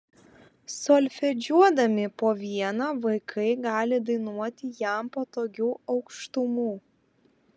solfedžiuodami po vieną vaikai gali dainuoti jam patogiu aukštumu